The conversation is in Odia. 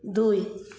ଦୁଇ